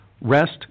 rest